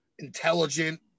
intelligent